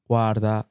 Guarda